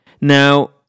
Now